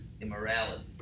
Immorality